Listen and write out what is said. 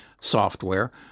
software